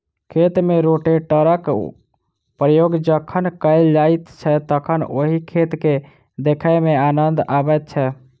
खेत मे रोटेटरक प्रयोग जखन कयल जाइत छै तखन ओहि खेत के देखय मे आनन्द अबैत छै